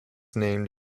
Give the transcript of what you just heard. named